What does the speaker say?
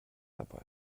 dabei